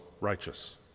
righteous